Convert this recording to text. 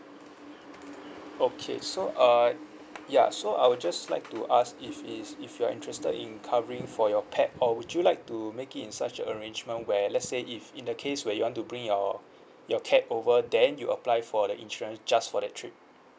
okay so uh ya so I'll just like to ask if it is if you are interested in covering for your pet or would you like to make it in such an arrangement where let's say if in the case where you want to bring your your cat over then you apply for the insurance just for the trip